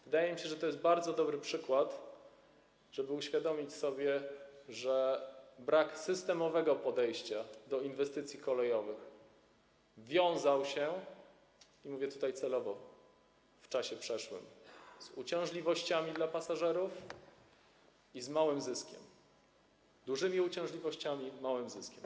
Wydaje mi się, że to jest bardzo dobry przykład, żeby uświadomić sobie, że brak systemowego podejścia do inwestycji kolejowych wiązał się - celowo mówię tutaj w czasie przeszłym - z uciążliwościami dla pasażerów i z małym zyskiem: dużymi uciążliwościami i małym zyskiem.